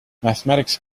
mathematics